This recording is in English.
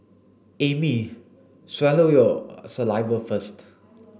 Amy swallow your saliva first